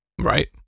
Right